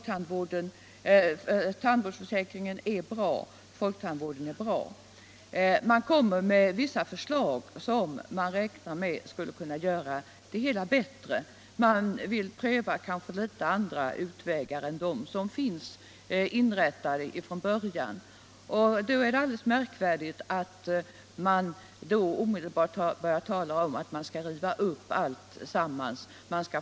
Tandvårdsförsäkringen är bra, folktandvården är bra. Men om någon då framlägger vissa förslag för att göra det hela ännu bättre — han vill kanske pröva andra utvägar än de som redan finns — får han omedelbart höra att han vill riva upp allt.